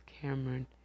Cameron